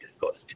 discussed